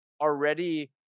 already